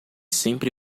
sempre